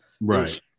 Right